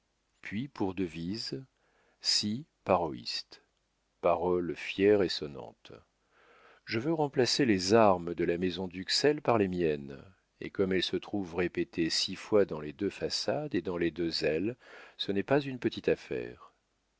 puis pour devise cy paroist parole fière et sonnante je veux remplacer les armes de la maison d'uxelles par les miennes et comme elles se trouvent répétées six fois dans les deux façades et dans les deux ailes ce n'est pas une petite affaire